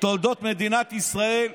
תולדות מדינת ישראל,